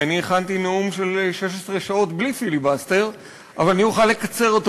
כי אני הכנתי נאום של 16 שעות בלי פיליבסטר אבל אני אוכל לקצר אותו